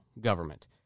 government